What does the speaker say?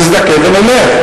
נזדכה ונלך.